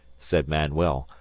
said manuel,